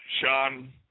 Sean